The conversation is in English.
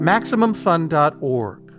MaximumFun.org